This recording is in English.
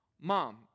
Mom